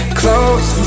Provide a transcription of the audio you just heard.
close